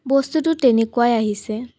বস্তুটো তেনেকুৱাই আহিছে